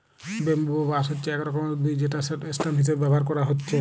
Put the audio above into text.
bamboo বা বাঁশ হচ্ছে এক রকমের উদ্ভিদ যেটা স্টেম হিসাবে ব্যাভার কোরা হচ্ছে